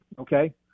Okay